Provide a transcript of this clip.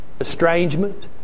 estrangement